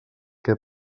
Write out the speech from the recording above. que